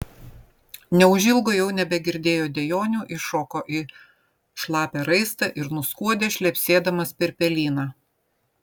neužilgo jau nebegirdėjo dejonių iššoko į šlapią raistą ir nuskuodė šlepsėdamas per pelyną